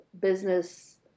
business